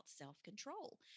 self-control